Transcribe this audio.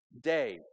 day